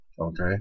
Okay